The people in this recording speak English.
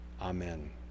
Amen